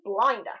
blinder